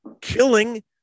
killing